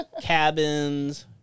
cabins